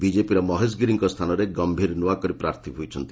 ବିଜେପିର ମହେଶ ଗିରିଙ୍କ ସ୍ଥାନରେ ଗମ୍ଭୀର ନୂଆକରି ପ୍ରାର୍ଥୀ ହୋଇଛନ୍ତି